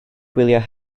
gwyliau